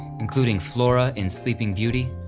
including flora and sleeping beauty,